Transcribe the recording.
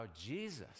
jesus